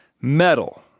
metal